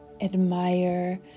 admire